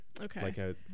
Okay